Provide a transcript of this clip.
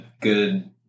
good